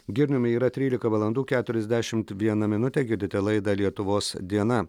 girniumi yra trylika valandų keturiasdešimt viena minutėgirdite laidą lietuvos diena